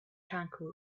tranquil